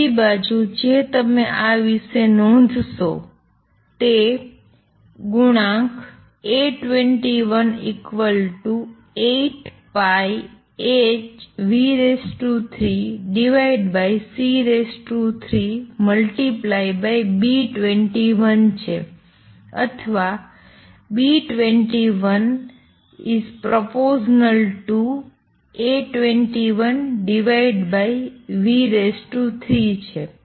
બીજી વસ્તુ જે તમે આ વિશે નોંધશો તે કોએફિસિએંટ A21 8πh3c3 B21 છે અથવા B21 A213 છે